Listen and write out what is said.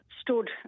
stood